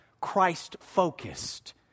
Christ-focused